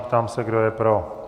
Ptám se, kdo je pro.